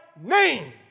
name